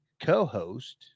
co-host